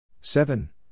seven